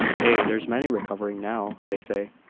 ay, there's many recovering now, they say.